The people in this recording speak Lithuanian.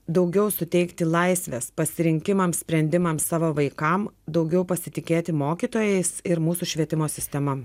daugiau suteikti laisvės pasirinkimams sprendimams savo vaikam daugiau pasitikėti mokytojais ir mūsų švietimo sistema